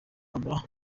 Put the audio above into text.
aba